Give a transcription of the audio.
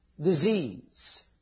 disease